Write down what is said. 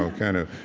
so kind of.